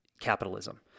capitalism